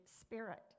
spirit